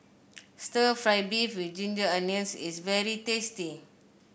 stir fry beef with Ginger Onions is very tasty